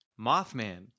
Mothman